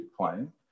playing